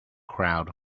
crowd